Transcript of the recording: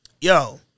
Yo